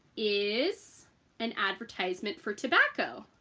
is an advertisement for tobacco,